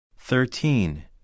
Thirteen